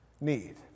need